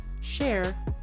share